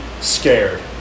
scared